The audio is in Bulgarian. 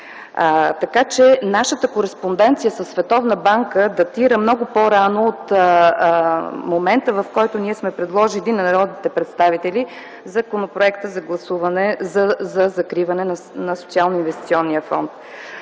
Така че, нашата кореспонденция със Световната банка датира много по-рано от момента, в който ние сме предложили на народните представители законопроекта за гласуване за закриване на Социално-инвестиционния фонд.